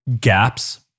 gaps